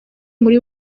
muri